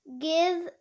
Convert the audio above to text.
Give